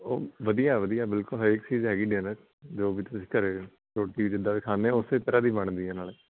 ਉਹ ਵਧੀਆ ਵਧੀਆ ਬਿਲਕੁਲ ਹਰੇਕ ਚੀਜ਼ ਹੈਗੀ ਡਿਨਰ ਜੋ ਵੀ ਤੁਸੀਂ ਘਰ ਰੋਟੀ ਜਿੱਦਾਂ ਦੀ ਖਾਂਦੇ ਹੋ ਉਸ ਤਰ੍ਹਾਂ ਦੀ ਬਣਦੀ ਆ ਨਾਲ